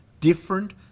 different